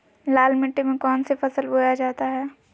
लाल मिट्टी में कौन सी फसल बोया जाता हैं?